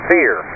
Fear